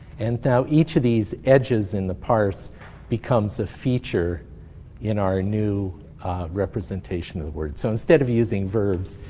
and now each of these edges in the parse becomes a feature in our new representation of the word. so instead of using verbs,